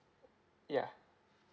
yeah